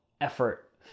effort